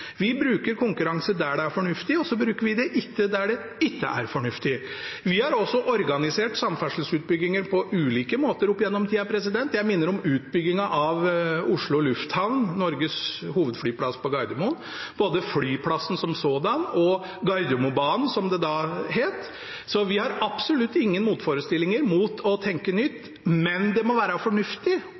Vi bruker konkurranse der det er fornuftig, og så bruker vi det ikke der det ikke er fornuftig. Vi har også organisert samferdselsutbygginger på ulike måter opp gjennom tida. Jeg minner om utbyggingen av Oslo lufthavn, Norges hovedflyplass på Gardermoen, både flyplassen som sådan og Gardermobanen, som det da het, så vi har absolutt ingen motforestillinger mot å tenke nytt, men det må være fornuftig,